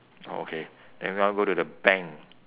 okay then we all go to the bank